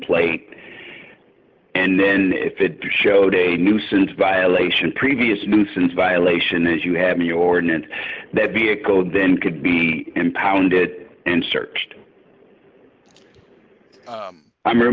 plate and then if it be showed a nuisance violation previous nuisance violation as you have the ordinance that vehicle then could be impounded and searched i'm re